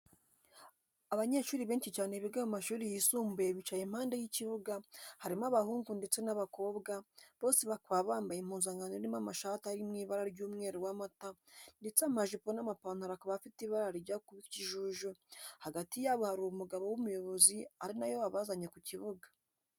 Abanyeshuri benshi cyane biga mu mashuri yisumbuye bicaye impande y'ikibuga, harimo abahungu ndetse n'abakobwa, bose bakaba bambaye impuzankano irimo amashati ari mu ibara ry'umweru w'amata ndetse amajipo n'amapantaro akaba afite ibara rijya kuba ikijuju, hagati yabo hari umugabo w'umuyobozi ari na we wabazanye ku kibuga.